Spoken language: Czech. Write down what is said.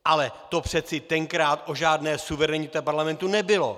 Ale to přece tenkrát o žádné suverenitě parlamentu nebylo!